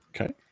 okay